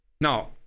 Now